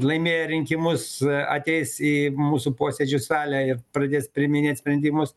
laimėję rinkimus ateis į mūsų posėdžių salę ir pradės priiminėt sprendimus